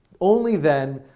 only then,